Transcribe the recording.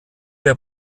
der